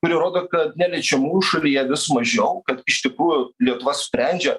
kuri rodo kad neliečiamųjų šalyje vis mažiau kad iš tikrųjų lietuva sprendžia